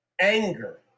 anger